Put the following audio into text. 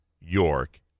York